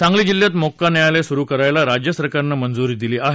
सांगली जिल्ह्यात मोक्का न्यायालय सुरू करायला राज्य सरकारनं मंजुरी दिली आहे